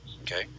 Okay